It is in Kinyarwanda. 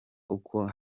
uko